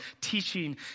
teaching